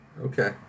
Okay